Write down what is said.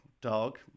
dog